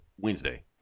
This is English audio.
Wednesday